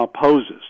poses